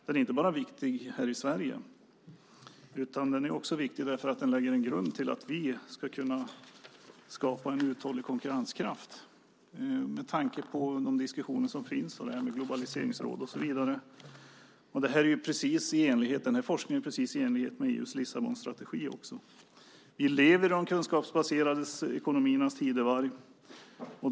Den är inte bara viktig här i Sverige, utan den är också viktig därför att den lägger en grund till att vi ska kunna skapa en uthållig konkurrenskraft med tanke på de diskussioner som förs när det gäller globaliseringsråd och så vidare. Den här forskningen är också precis i enlighet med EU:s Lissabonstrategi. Vi lever i de kunskapsbaserade ekonomiernas tidevarv.